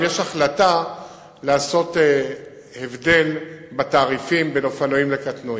אם יש החלטה לעשות הבדל בתעריפים בין אופנועים לקטנועים.